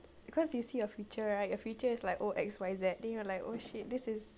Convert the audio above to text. because you see your future right your future is like oh X Y Z then you're like oh shit this is